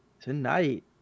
Tonight